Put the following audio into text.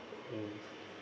mm